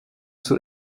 zur